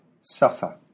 suffer